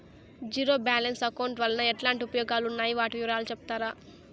Zero balance account వలన ఎట్లాంటి ఉపయోగాలు ఉన్నాయి? వాటి వివరాలు సెప్తారా?